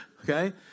Okay